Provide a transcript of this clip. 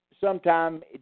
sometime